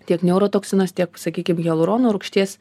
tiek neurotoksinas tiek sakykim hialurono rūgšties